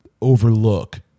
overlook